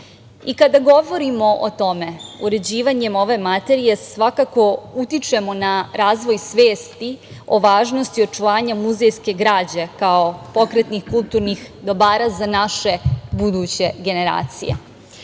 govorimo o tome uređivanjem ove materije svakako utičemo na razvoj svesti o važnosti očuvanja muzejske građe kao pokretnih, kulturnih dobara za naše buduće generacije. Negde